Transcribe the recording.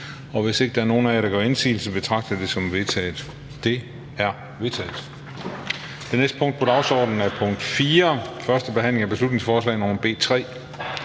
Hvis ikke nogen af jer gør indsigelse, betragter jeg det som vedtaget. Det er vedtaget. --- Det næste punkt på dagsordenen er: 4) 1. behandling af beslutningsforslag nr.